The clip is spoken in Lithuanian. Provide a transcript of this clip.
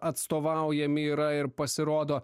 atstovaujami yra ir pasirodo